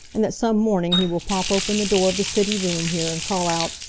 and that some morning he will pop open the door of the city room here and call out,